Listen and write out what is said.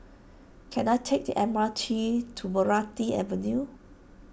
can I take the M R T to Meranti Avenue